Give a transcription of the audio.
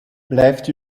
blijft